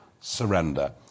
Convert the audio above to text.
surrender